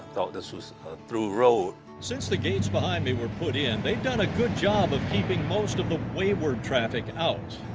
thought this was a through road. since the gates behind me were put in, they've done a good job of keeping most of the wayward traffic out,